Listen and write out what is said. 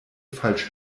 falsch